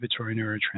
neurotransmitters